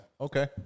Okay